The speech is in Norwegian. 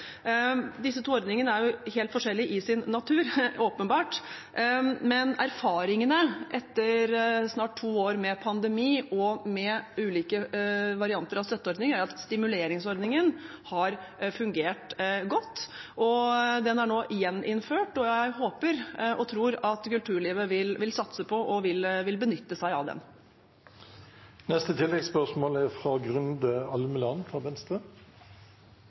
Disse to ordningene er helt forskjellige i sin natur – åpenbart – men erfaringene etter snart to år med pandemi og med ulike varianter av støtteordninger er at stimuleringsordningen har fungert godt, og den er nå gjeninnført. Jeg håper og tror at kulturlivet vil satse på og benytte seg av den. Det blir oppfølgingsspørsmål – først Grunde Almeland.